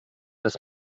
des